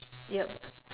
yup